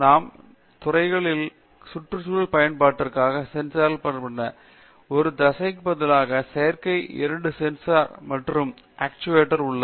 நமது துறையில் மக்கள் சுற்றுசூழல் பயன்பாட்டிற்காக சென்சார்கள் பார்க்கிறார்களா ஒரு தசை பதிலாக செயற்கையாக இரண்டு சென்சார் மற்றும் ஆக்சுவேட்டர் உள்ளது